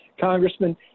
Congressman